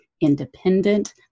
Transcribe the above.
independent